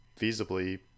feasibly